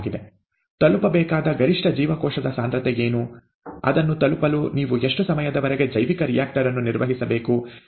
ತಲುಪಬೇಕಾದ ಗರಿಷ್ಠ ಜೀವಕೋಶದ ಸಾಂದ್ರತೆ ಏನು ಅದನ್ನು ತಲುಪಲು ನೀವು ಎಷ್ಟು ಸಮಯದವರೆಗೆ ಜೈವಿಕ ರಿಯಾಕ್ಟರ್ ಅನ್ನು ನಿರ್ವಹಿಸಬೇಕು ಎಂದು ತಿಳಿಯಲು ನಾವು ಬಯಸುತ್ತೇವೆ